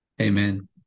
Amen